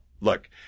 Look